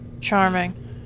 Charming